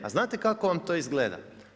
A znate kako vam to izgleda?